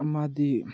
ꯑꯃꯗꯤ